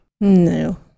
No